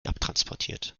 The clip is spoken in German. abtransportiert